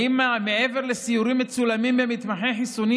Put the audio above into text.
האם מעבר לסיורים מצולמים במתחמי חיסונים